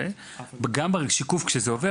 גם בשיקוף כשזה עובר,